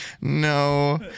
No